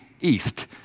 east